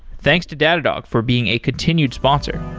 thanks to datadog for being a continued sponsor